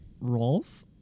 rolf